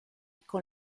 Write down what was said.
con